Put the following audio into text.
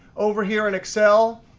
over here in excel,